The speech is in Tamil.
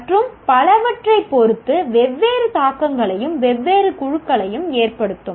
மற்றும் பலவற்றைப் பொறுத்து வெவ்வேறு தாக்கங்களையும் வெவ்வேறு குழுக்களையும் ஏற்படுத்தும்